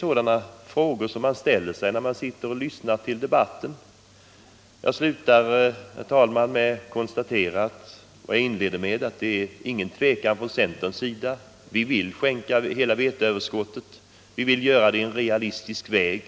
Sådana frågor ställer man sig när man lyssnar till debatten. Jag slutar mitt anförande som jag inledde det: Det föreligger här ingen tvekan från centerns sida. Vi vill skänka hela veteöverskottet, och vi vill göra det på ett realistiskt sätt.